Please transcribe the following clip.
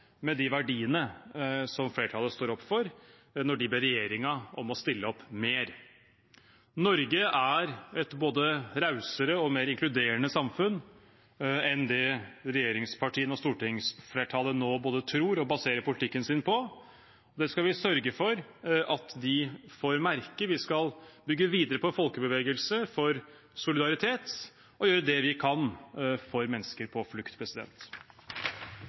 med de verdiene flertallet står opp for når de ber regjeringen om å stille opp mer. Norge er et både rausere og mer inkluderende samfunn enn det regjeringspartiene og stortingsflertallet nå både tror og baserer politikken sin på. Det skal vi sørge for at de får merke. Vi skal bygge videre på en folkebevegelse for solidaritet og gjøre det vi kan for mennesker på flukt.